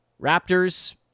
raptors